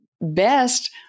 best